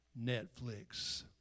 Netflix